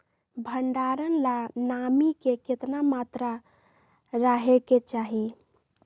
भंडारण ला नामी के केतना मात्रा राहेके चाही?